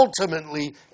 ultimately